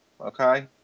Okay